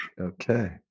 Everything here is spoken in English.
Okay